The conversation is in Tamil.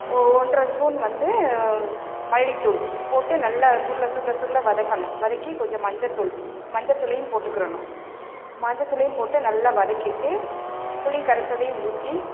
ஒ ஒன்றை ஸ்பூன் வந்து மல்லித்தூள் போட்டு நல்லா சுருள சுருள சுருள வதக்கணும் வதக்கி கொஞ்சம் மஞ்சள்தூள் மஞ்சள்தூளையும் போட்டுக்கிறணும் மஞ்சள்தூளையும் போட்டு நல்லா வதக்கிட்டு புளி கரைச்சதையும் ஊற்றி